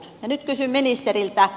nyt kysyn ministeriltä